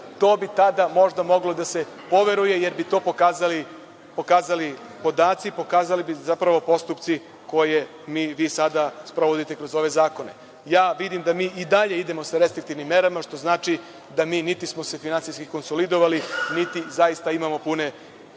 to bi tada možda moglo da se poveruje, jer bi to pokazali podaci, pokazali bi zapravo postupci koje vi sada sprovodite kroz ove zakone. Ja vidim da mi i dalje idemo sa restriktivnim merama, što znači da mi niti smo se finansijski konsolidovali, niti zaista imamo punu